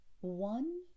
One